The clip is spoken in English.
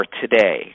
today